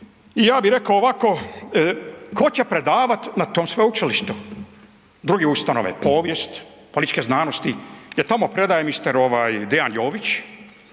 i ja bi reko ovako, ko će predavat na tom sveučilištu, druge ustanove povijest, političke znanosti jer tamo predaje mister ovaj Dean Jović